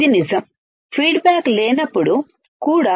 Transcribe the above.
ఇది నిజం ఫీడ్బ్యాక్ లేనప్పుడు కూడా